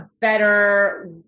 better